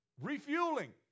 refueling